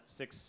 six